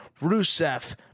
rusev